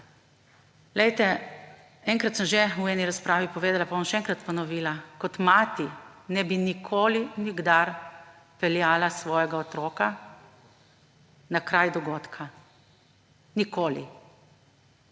primežu. Enkrat sem že v eni razpravi povedala pa bom še enkrat ponovila, kot mati ne bi nikoli, nikdar peljala svojega otroka na kraj dogodka. Nikoli.